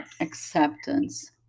acceptance